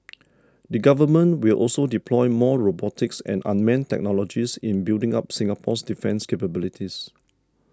the Government will also deploy more robotics and unmanned technologies in building up Singapore's defence capabilities